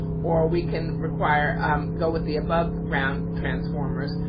or we can require go with the above ground transformers.